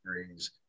degrees